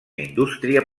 indústria